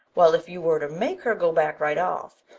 while, if you were to make her go back right off,